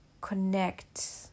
connect